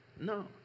no